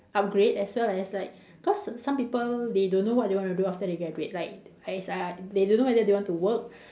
upgrade as well as like because some people they do not know what they want to do after they graduate like they don't know whether they want to work